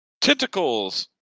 tentacles